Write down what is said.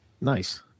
Nice